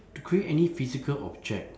to create any physical object